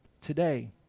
today